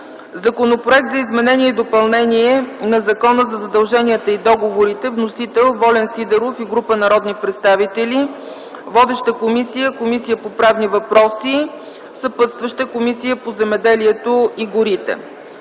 Законопроект за изменение и допълнение на Закона за задълженията и договорите. Вносители са Волен Сидеров и група народни представители. Водеща е Комисията по правни въпроси, съпътстваща е Комисията по земеделието и горите;